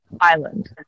island